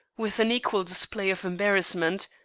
with an equal display of embarrassment,